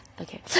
Okay